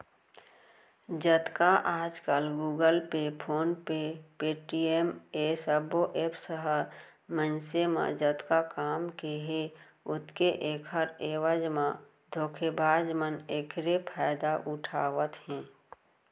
जतका आजकल Google Pay, PhonePe, Paytm ए सबो ऐप्स ह मनसे म जतका काम के हे ओतके ऐखर एवज म धोखेबाज मन एखरे फायदा उठावत हे